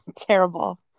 Terrible